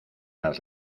las